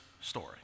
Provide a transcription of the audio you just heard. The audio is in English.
Story